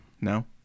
No